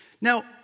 Now